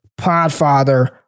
Podfather